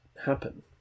happen